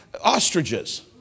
ostriches